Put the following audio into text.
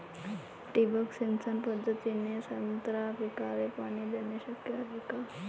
ठिबक सिंचन पद्धतीने संत्रा पिकाले पाणी देणे शक्य हाये का?